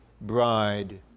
bride